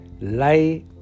Lie